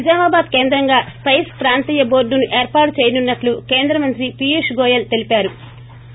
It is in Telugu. నిజామాబాద్ కేంద్రంగా స్పెస్ ప్రాంతీయ బోర్డును ఏర్పాటు చేయనున్పట్లు కేంద్రమంత్రి పీయూష్ గోయల్ తెలిపారు